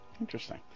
Interesting